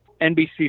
NBC